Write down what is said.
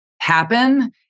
happen